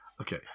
Okay